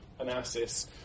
analysis